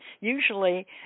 Usually